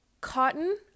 cotton